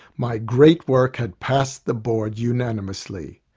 my great work had passed the board unanimously.